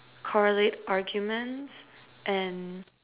correlate arguments and